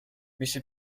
მისი